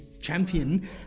champion